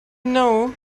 know